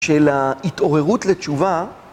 של ההתעוררות לתשובה.